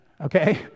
okay